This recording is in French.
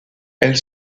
elle